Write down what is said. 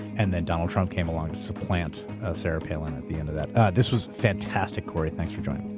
and then donald trump came along to supplant sarah palin at the end of that. this was fantastic, corey, thanks for joining.